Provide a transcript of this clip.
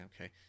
okay